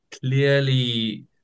clearly